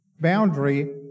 boundary